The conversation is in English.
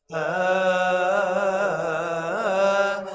a